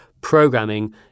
programming